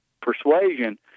persuasion